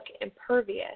impervious